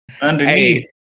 underneath